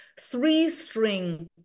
three-string